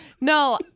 No